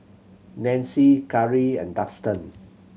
Nanci Kari and Dustan